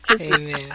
amen